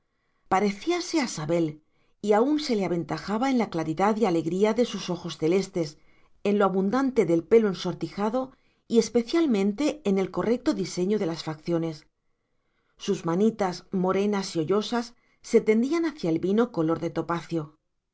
parecíase a sabel y aún se le aventajaba en la claridad y alegría de sus ojos celestes en lo abundante del pelo ensortijado y especialmente en el correcto diseño de las facciones sus manitas morenas y hoyosas se tendían hacia el vino color de topacio